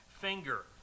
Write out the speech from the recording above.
finger